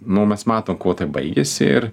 nu mes matom kuo tai baigiasi ir